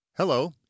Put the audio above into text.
Hello